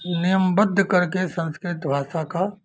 नियमबद्ध करके संस्कृत भाषा का